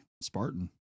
Spartan